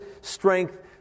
strength